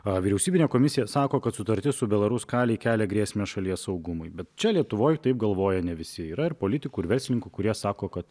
a vyriausybinė komisija sako kad sutartis su belarus kalij kelia grėsmę šalies saugumui bet čia lietuvoj taip galvoja ne visi yra ir politikų ir verslininkų kurie sako kad